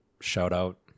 shout-out